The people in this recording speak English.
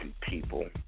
people